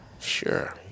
Sure